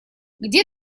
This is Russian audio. где